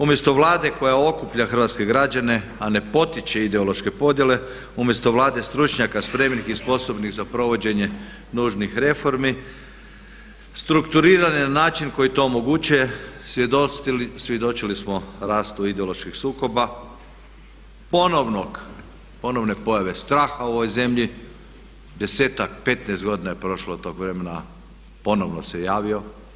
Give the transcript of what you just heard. Umjesto Vlade koja okuplja hrvatske građane, a ne potiče ideološke podjele, umjesto Vlade stručnjaka spremnih i sposobnih za provođenje nužnih reformi strukturirane na način koji to omogućuje svjedočili smo rastu ideoloških sukoba, ponovne pojave straha u ovoj zemlji, 10-ak, 15 godina je prošlo od tog vremena i ponovno se javio.